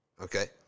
okay